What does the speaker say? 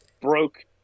broke